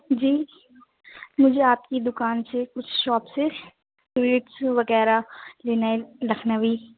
جی مجھے آپ کی دکان سے کچھ شاپ سے سویٹس وغیرہ لینا ہے لکھنوی